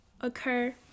occur